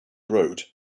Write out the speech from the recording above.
road